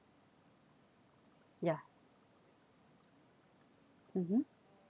ya mmhmm